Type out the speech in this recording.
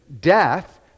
death